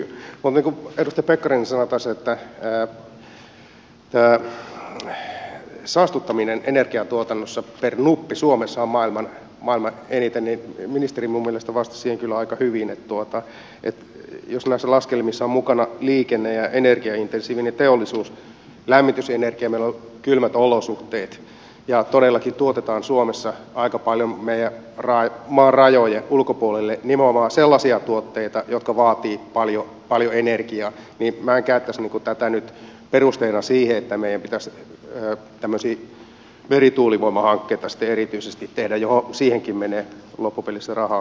kun edustaja pekkarinen sanoi tässä että saastuttamista energiantuotannossa per nuppi suomessa on maailman eniten niin ministeri minun mielestäni vastasi siihen kyllä aika hyvin että jos näissä laskelmissa on mukana liikenne ja energiaintensiivinen teollisuus lämmitysenergia meillä on kylmä olosuhteet ja todellakin tuotetaan suomessa aika paljon meidän maan rajojen ulkopuolelle nimenomaan sellaisia tuotteita jotka vaativat paljon energiaa niin minä en käyttäisi tätä nyt perusteena siihen että meidän pitäisi tämmöisiä merituulivoimahankkeita sitten erityisesti tehdä joihin niihinkin menee loppupelissä rahaa